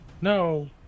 No